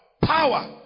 Power